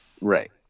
Right